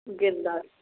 जी दस